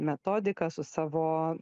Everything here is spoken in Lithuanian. metodika su savo